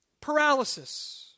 paralysis